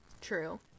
true